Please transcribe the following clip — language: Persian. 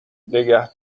نگه